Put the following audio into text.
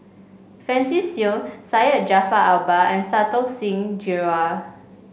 Francis Seow Syed Jaafar Albar and Santokh Singh Grewal